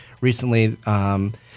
recently